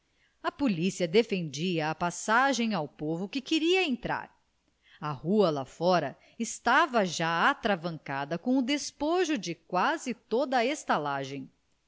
a polícia defendia a passagem ao povo que queria entrar a rua lá fora estava já atravancada com o despojo de quase toda a estalagem